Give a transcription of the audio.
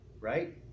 right